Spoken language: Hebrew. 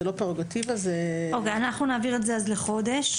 אוקיי, אנחנו נעביר את זה אז לחודש